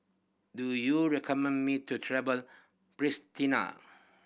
do you recommend me to travel Pristina